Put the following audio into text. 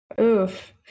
Oof